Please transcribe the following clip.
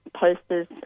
posters